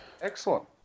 Excellent